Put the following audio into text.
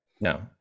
No